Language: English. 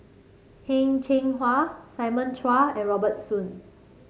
Heng Cheng Hwa Simon Chua and Robert Soon